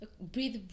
breathe